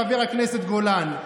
חבר הכנסת גולן.